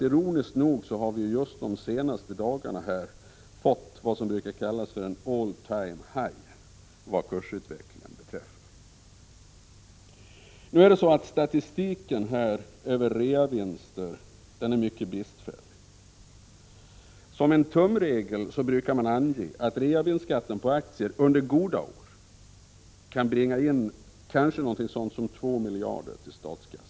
Ironiskt nog har vi just de senaste dagarna fått vad som brukar kallas ”all time high” vad kursutvecklingen beträffar. Statistiken över reavinster är mycket bristfällig. Som en tumregel brukar man ange att reavinstskatten på aktier under goda år kan bringa in kanske 2 miljarder kronor till statskassan.